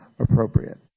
Appropriate